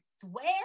swear